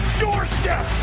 doorstep